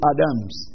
Adams